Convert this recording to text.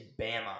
Bama